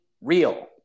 real